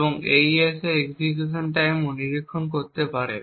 এবং AES এর execution টাইমও নিরীক্ষণ করতে পারে